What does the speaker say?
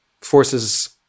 forces